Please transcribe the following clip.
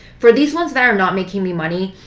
for these ones that are not making me money,